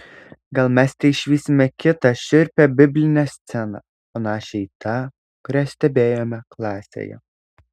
gal mes teišvysime kitą šiurpią biblinę sceną panašią į tą kurią stebėjome klasėje